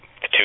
two